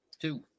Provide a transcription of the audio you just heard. Two